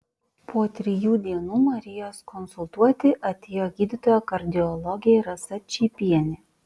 po trijų dienų marijos konsultuoti atėjo gydytoja kardiologė rasa čypienė